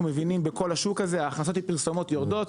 מבינים בכל השוק הזה ההכנסות מפרסומות יורדות.